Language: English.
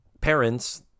parents